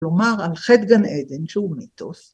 ‫כלומר, על חטא גן עדן שהוא מיתוס.